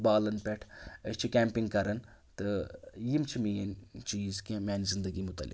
بالَن پٮ۪ٹھ أسۍ چھِ کٮ۪مپِنٛگ کَران تہٕ یِم چھِ میٛٲنۍ چیٖز کینٛہہ میٛانہِ زِندگی متعلق